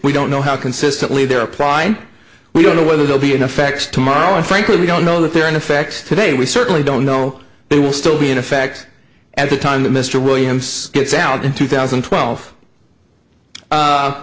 we don't know how consistently they're applying we don't know whether they'll be in effect tomorrow and frankly we don't know that they're in effect today we certainly don't know they will still be in effect at the time that mr williams gets out in two thousand and twelve